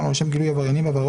"חוקר ניירות